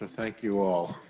thank you all.